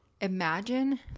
imagine